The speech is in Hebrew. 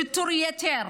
רואים בשיטור יתר,